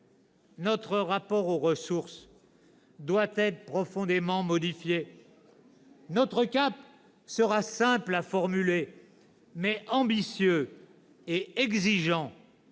Notre rapport aux ressources doit être profondément modifié. Notre cap sera simple à formuler, mais ambitieux et exigeant